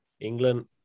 England